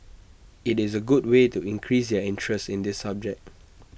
IT is A good way to increase and interest in this subject